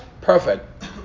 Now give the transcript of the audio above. Perfect